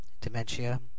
dementia